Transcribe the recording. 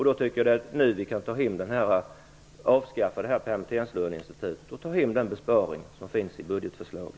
Det är nu vi kan avskaffa permitteringslöneinstitutet och ta hem den besparing som finns i budgetförslaget.